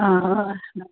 हा हा